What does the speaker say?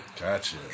Gotcha